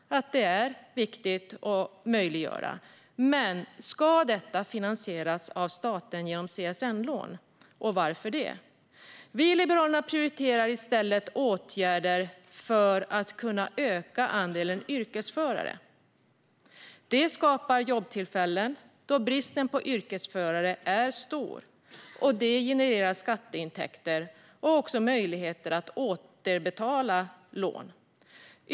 Det är viktigt att möjliggöra det. Men ska det här finansieras av staten genom CSN-lån? Varför i så fall? Vi liberaler prioriterar i stället åtgärder för att öka andelen yrkesförare. Det skapar jobbtillfällen då bristen på yrkesförare är stor. Det genererar i sin tur skatteintäkter, vilka gör att man kan återbetala lån.